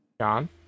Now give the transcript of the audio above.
John